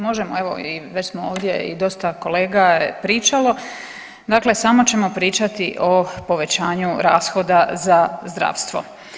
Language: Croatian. Možemo evo i već smo ovdje i dosta kolega je pričalo, dakle samo ćemo pričati o povećanju rashoda za zdravstvo.